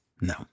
No